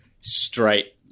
straight